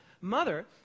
mother